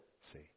see